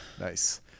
nice